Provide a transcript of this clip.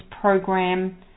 Program